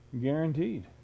Guaranteed